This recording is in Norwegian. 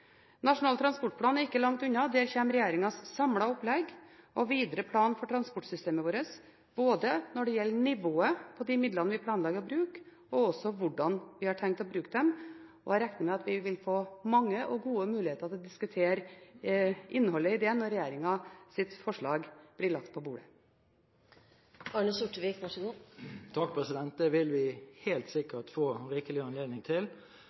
Nasjonal transportplan er ikke langt unna. Der kommer regjeringens samlede opplegg og videre plan for transportsystemet vårt, når det gjelder både nivået på de midlene vi planlegger å bruke, og hvordan vi har tenkt å bruke dem. Jeg regner med at vi vil få mange og gode muligheter til å diskutere innholdet i det når regjeringens forslag blir lagt på bordet. Det vil vi helt sikkert få rikelig anledning til. Jeg tror vi